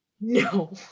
No